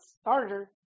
starter